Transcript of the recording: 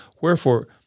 Wherefore